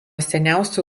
seniausių